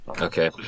Okay